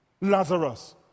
Lazarus